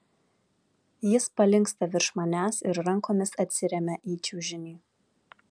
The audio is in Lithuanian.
jis palinksta virš manęs ir rankomis atsiremia į čiužinį